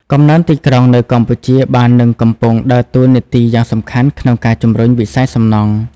កំណើនទីក្រុងនៅកម្ពុជាបាននិងកំពុងដើរតួនាទីយ៉ាងសំខាន់ក្នុងការជំរុញវិស័យសំណង់។